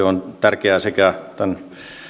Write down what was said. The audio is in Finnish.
on tärkeää sekä tämän